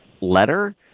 letter